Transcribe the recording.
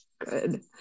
good